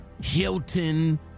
Hilton